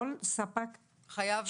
כל ספק שמעוניין --- חייב לעשות תיקוף.